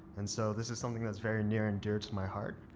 and so this is something that's very near and dear to my heart.